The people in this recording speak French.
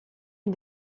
est